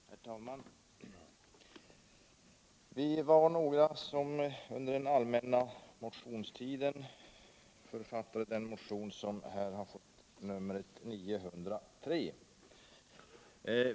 Herr talman! Vi var några som under den allmänna motionstiden författade den motion som har fått nummer 903.